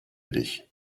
dich